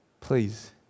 please